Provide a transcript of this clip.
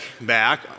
back